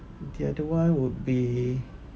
the other one would be